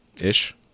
Ish